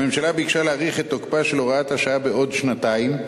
הממשלה ביקשה להאריך את תוקפה של הוראת השעה בעוד שנתיים,